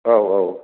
औ औ